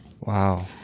Wow